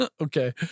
Okay